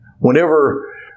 Whenever